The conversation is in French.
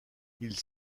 ils